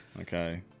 Okay